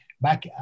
back